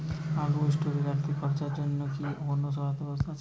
আলু স্টোরে রাখতে খরচার জন্যকি কোন সহায়তার ব্যবস্থা আছে?